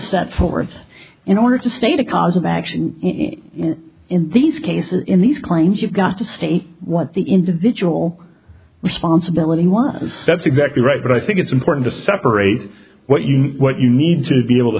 set forth in order to state a cause of action in these cases in these clients you've got to state what the individual responsibility was that's exactly right but i think it's important to separate what you know what you need to be able to